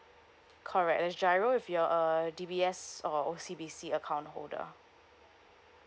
correct as GIRO if you're a D_B_S or O_C_B_C account holder